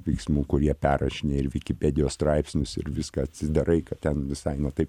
veiksmų kurie perrašinėja ir vikipedijos straipsnius ir viską atsidarai kad ten visai ne taip